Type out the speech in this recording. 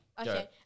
Okay